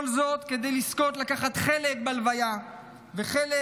כל זאת כדי לזכות לקחת חלק בלוויה ולחלוק